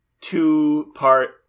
two-part